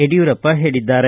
ಯಡಿಯೂರಪ್ಪ ಹೇಳಿದ್ದಾರೆ